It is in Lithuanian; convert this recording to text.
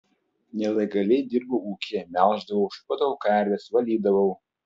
nelegaliai dirbau ūkyje melždavau šukuodavau karves valydavau